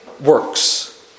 works